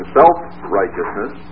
self-righteousness